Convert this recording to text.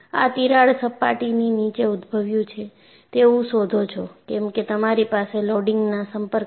આ તિરાડ સપાટીની નીચે ઉદ્દભવ્યું છે તેવું શોધો છો કેમકે તમારી પાસે લોડિંગના સંપર્ક છે